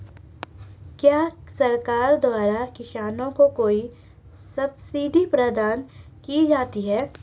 क्या सरकार द्वारा किसानों को कोई सब्सिडी प्रदान की जाती है?